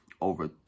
over